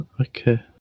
okay